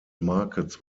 markets